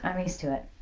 i'm used to it.